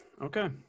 okay